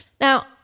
Now